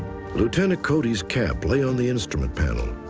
lieutenant cody's cap lay on the instrument panel.